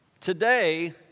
Today